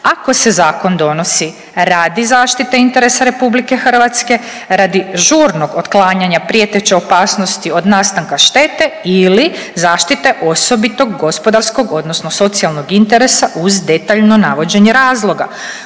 ako se zakon donosi radi zaštite interesa RH, radi žurnog otklanjanja prijeteće opasnosti od nastanka štete ili zaštite osobitog gospodarskog odnosno socijalnog interesa uz detaljno navođenje razloga.